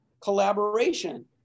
collaboration